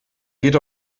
geht